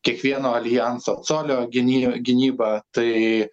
kiekvieno aljanso colio gyny gynybą tai